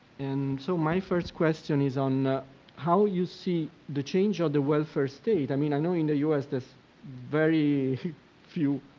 and so my first question is on how you see the change of the welfare state. i mean, i know in the us there's very few